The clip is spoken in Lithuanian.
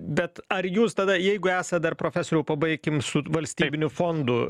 bet ar jūs tada jeigu esat dar profesoriau pabaikim su valstybiniu fondu